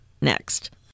Next